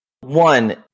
One